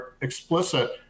explicit